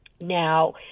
Now